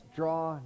draw